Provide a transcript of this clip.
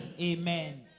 Amen